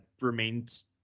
remains